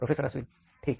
professor Ashwin ठीक